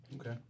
Okay